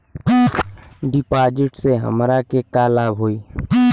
डिपाजिटसे हमरा के का लाभ होई?